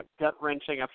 gut-wrenching